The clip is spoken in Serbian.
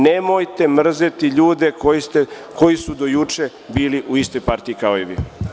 Nemojte mrzeti ljude koji su do juče bili u istoj partiji kao i vi.